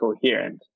coherent